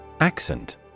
Accent